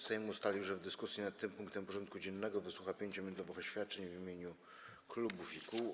Sejm ustalił, że w dyskusji nad tym punktem porządku dziennego wysłucha 5-minutowych oświadczeń w imieniu klubów i kół.